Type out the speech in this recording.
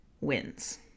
wins